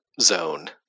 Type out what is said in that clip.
zone